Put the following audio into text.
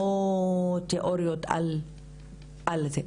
לא תיאוריות על זה,